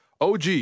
OG